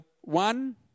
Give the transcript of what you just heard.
one